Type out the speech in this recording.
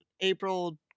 april